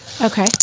Okay